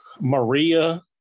Maria